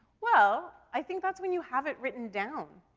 well i think that's when you have it written down.